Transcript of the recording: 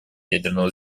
ядерного